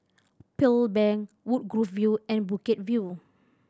Pearl Bank Woodgrove View and Bukit View